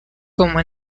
como